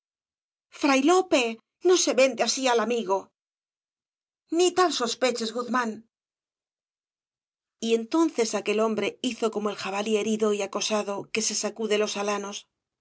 ifray lope no se vende así al amigo ni tal sospeches guzmán y entonces aquel hombre hizo como el jabalí herido y acosado que se sacude los alanos